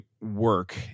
work